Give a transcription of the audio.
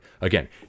Again